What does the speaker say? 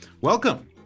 Welcome